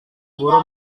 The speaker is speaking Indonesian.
guru